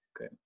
Okay